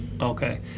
Okay